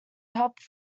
helped